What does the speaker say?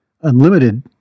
unlimited